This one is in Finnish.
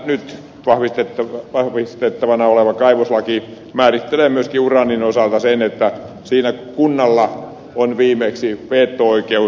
nyt vahvistettavana oleva kaivoslaki määrittelee myöskin uraanin osalta sen että siinä kunnalla on viimeksi veto oikeus